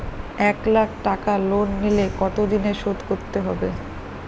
এক লাখ টাকা লোন নিলে কতদিনে শোধ করতে হবে?